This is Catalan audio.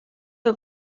que